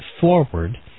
forward